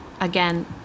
again